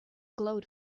glowed